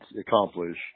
accomplish